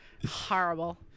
horrible